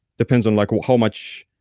depends on like how much,